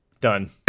Done